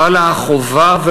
חלה החובה,